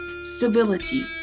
stability